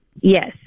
Yes